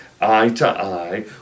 eye-to-eye